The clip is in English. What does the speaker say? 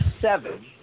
seven